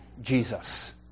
Jesus